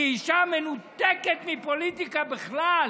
היא אישה מנותקת מפוליטיקה בכלל.